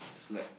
slack